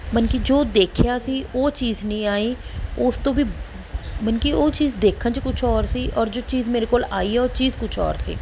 ਮਤਲਬ ਕਿ ਜੋ ਦੇਖਿਆ ਸੀ ਉਹ ਚੀਜ਼ ਨਹੀਂ ਆਈ ਉਸ ਤੋਂ ਵੀ ਮਤਲਬ ਕਿ ਉਹ ਚੀਜ਼ ਦੇਖਣ 'ਚ ਕੁਛ ਔਰ ਸੀ ਔਰ ਜੋ ਚੀਜ਼ ਮੇਰੇ ਕੋਲ ਆਈ ਹੈ ਉਹ ਚੀਜ਼ ਕੁਛ ਔਰ ਸੀ